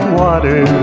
water